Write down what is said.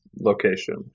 location